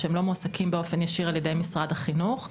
שלא מועסקים באופן ישיר על ידי משרד החינוך.